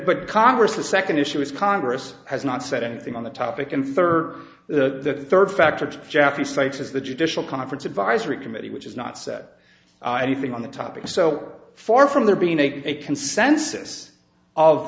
but congress the second issue is congress has not said anything on the topic and third the third factor jaffee cites is the judicial conference advisory committee which is not said anything on the topic so far from there being a consensus of